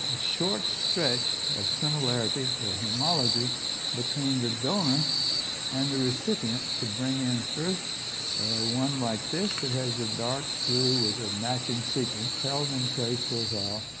short stretch of similarity or homology between the donor and the recipient to bring in first one like this, it has the dark blue with the matching sequence held in place real ah well,